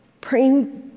praying